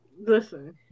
Listen